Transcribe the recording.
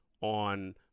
on